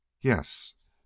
Yes